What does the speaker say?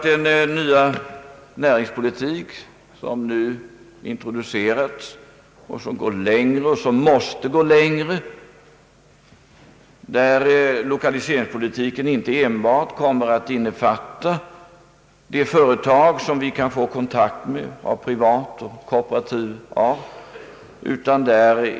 Den nya näringspolitik som nu introducerats går längre — och måste gå längre — än att man låter lokaliseringspolitiken innefatta enbart kontakter med privata och kooperativa företag.